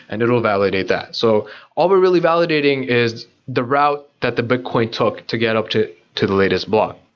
and it will validate that so all we're really validating validating is the route that the bitcoin took to get up to to the latest block.